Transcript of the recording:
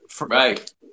Right